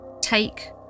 take